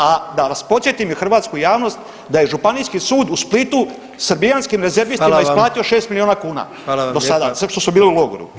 A da vas podsjetim i hrvatsku javnost da je Županijski sud u Splitu srbijanskim rezervistima isplatio [[Upadica: Hvala vam.]] 6 milijuna kuna do sada [[Upadica: Hvala vam lijepa.]] samo što su bili u logoru.